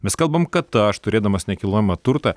mes kalbam kad aš turėdamas nekilnojamą turtą